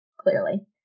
clearly